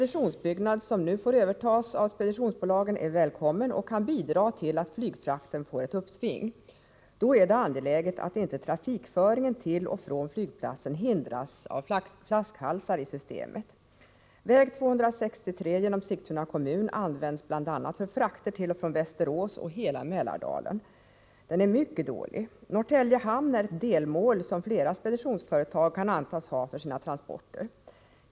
Den byggnad som nu får övertas av speditionsbolagen är välkommen och kan bidra till att flygfrakten får ett uppsving. Då är det angeläget att trafikföringen till och från flygplatsen inte hindras av flaskhalsar i systemet. Väg 263 genom Sigtuna kommun används bl.a. för frakter till och från Västerås och inom hela Mälardalen, och den är mycket dålig. Norrtälje hamn är ett delmål som flera speditionsföretag kan antas ha för sina transporter.